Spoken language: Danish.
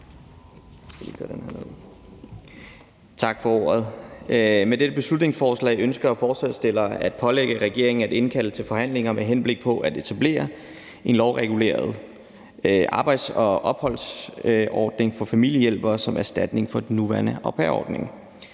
Med dette beslutningsforslag ønsker forslagsstillere at pålægge regeringen at indkalde til forhandlinger med henblik på at etablere en lovreguleret arbejds- og opholdsordning for familiehjælpere som erstatning for den nuværende au pair-ordning.